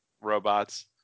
robots